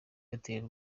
airtel